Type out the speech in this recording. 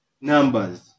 numbers